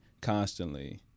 constantly